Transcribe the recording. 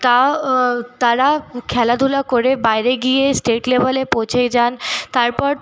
তাও তাঁরা খেলাধুলা করে বাইরে গিয়ে স্টেট লেভেল এ পৌঁছে যান তারপর